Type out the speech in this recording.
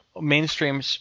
mainstream